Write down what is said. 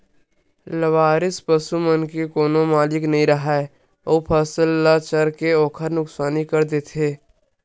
लवारिस पसू मन के कोनो मालिक नइ राहय अउ फसल ल चर के ओखर नुकसानी कर देथे